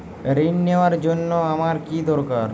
ঋণ নেওয়ার জন্য আমার কী দরকার?